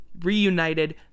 Reunited